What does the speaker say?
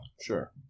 Sure